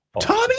Tommy